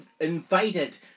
invited